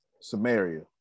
Samaria